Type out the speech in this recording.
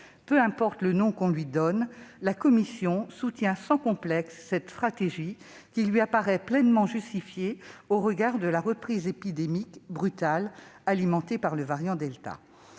Peu importe comment on la qualifie, la commission soutient sans complexe cette stratégie, qui lui apparaît pleinement justifiée au regard de la reprise épidémique brutale, alimentée par le variant delta.